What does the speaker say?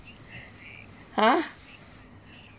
!huh!